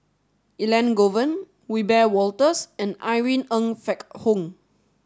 Elangovan Wiebe Wolters and Irene Ng Phek Hoong